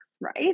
right